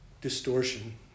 distortion